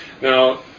Now